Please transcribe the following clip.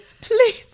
please